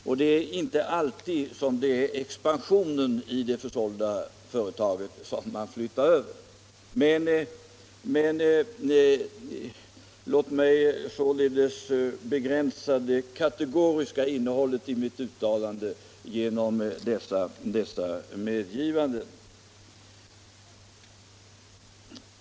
Och det är inte alltid expansionen i de försålda företagen som man flyttar över. Låt mig således begränsa det kategoriska i mitt uttalande genom dessa medgivanden.